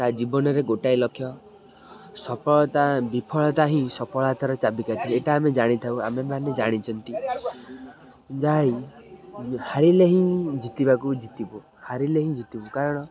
ତା ଜୀବନରେ ଗୋଟାଏ ଲକ୍ଷ୍ୟ ସଫଳତା ବିଫଳତା ହିଁ ସଫଳତାର ଚାବିକାଠି ଏଇଟା ଆମେ ଜାଣିଥାଉ ଆମେମାନେ ଜାଣିଛନ୍ତି ଯାହା ହିଁ ହାରିଲେ ହିଁ ଜିତିବାକୁ ଜିତିବୁ ହାରିଲେ ହିଁ ଜିତିବୁ କାରଣ